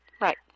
Right